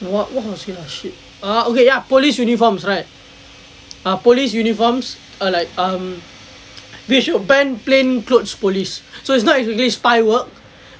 what what he say lah shit ah okay ya police uniforms right are police uniforms a like um we should ban plain clothes police so it's not exactly spy work